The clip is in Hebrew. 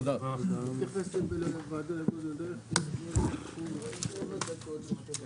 הישיבה ננעלה בשעה 10:35.